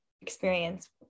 experience